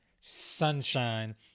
sunshine